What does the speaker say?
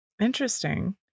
Interesting